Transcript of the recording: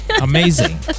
amazing